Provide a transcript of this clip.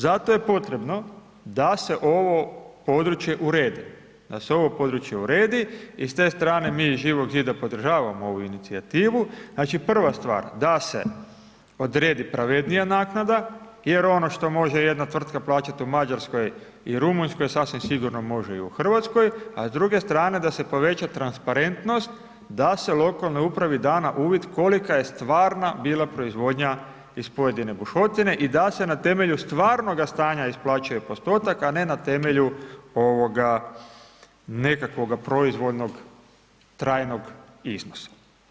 Zato je potrebno da se ovo područje uredi, da se ovo područje uredi i s te strane mi iz Živog zida podržavamo ovu inicijativu, znači, prva stvar da se odredi pravednija naknada jer ono što može jedna tvrtka plaćat u Mađarskoj i Rumunjskoj, sasvim sigurno može i u RH, a s druge strane da se poveća transparentnost da se lokalnoj upravi da na uvid kolika je stvarna bila proizvodnja iz pojedine bušotine i da se na temelju stvarnoga stanja isplaćuje postotak, a ne na temelju nekakvoga proizvoljnog trajnog iznosa.